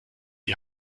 die